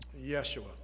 Yeshua